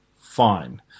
fine